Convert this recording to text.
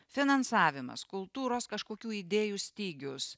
finansavimas kultūros kažkokių idėjų stygius